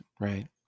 right